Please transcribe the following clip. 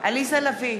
עליזה לביא,